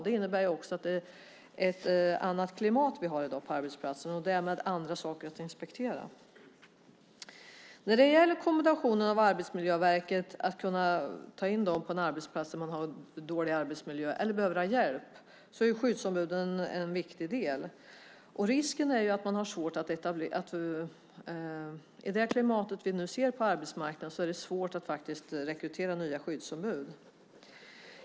Det innebär också att det är ett annat klimat på arbetsplatserna i dag och därmed andra saker att inspektera. När det gäller att kunna ta in Arbetsmiljöverket på en arbetsplats där man har en dålig arbetsmiljö eller behöver hjälp är ju skyddsombuden en viktig del. I det klimat som vi nu ser på arbetsmarknaden är det faktiskt svårt att rekrytera nya skyddsombud.